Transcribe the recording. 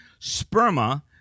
sperma